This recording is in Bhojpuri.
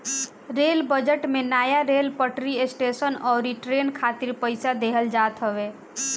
रेल बजट में नया रेल पटरी, स्टेशन अउरी ट्रेन खातिर पईसा देहल जात हवे